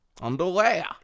Underwear